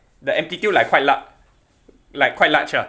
the amplitude like quite lar~ like quite large ah